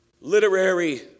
literary